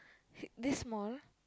hey this small